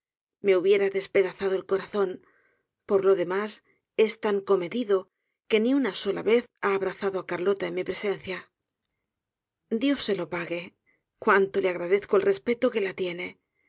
me hubiera despedazado el corazón por lo demás es tan comedido que ni una sola vez ha abrazado á carlota en mi presencia dios se lo pague cuánto le agradezco el respeto que la tiene